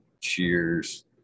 Cheers